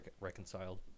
reconciled